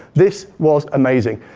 this was amazing.